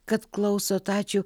kad klausot ačiū